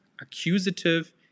accusative